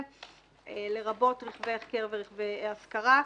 לרבות רכבי החכר ורכבי השכרה,